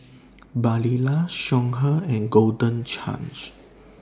Barilla Songhe and Golden Chance